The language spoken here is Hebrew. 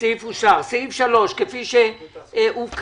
הצבעה בעד סעיף 2 פה אחד סעיף 2 אושר.